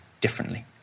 differently